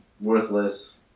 worthless